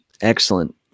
Excellent